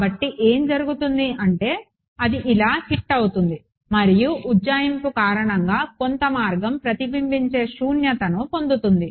కాబట్టి ఏమి జరుగుతుంది అంటే ఇది ఇలా హిట్ అవుతుంది మరియు ఉజ్జాయింపు కారణంగా కొంత మార్గం ప్రతిబింబించే శూన్యతను పొందుతుంది